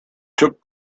took